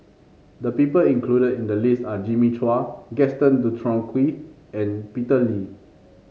the people included in the list are Jimmy Chua Gaston Dutronquoy and Peter Lee